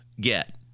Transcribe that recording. get